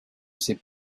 ces